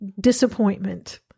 disappointment